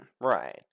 Right